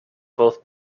both